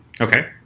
Okay